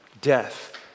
death